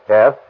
Yes